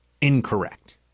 incorrect